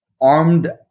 armed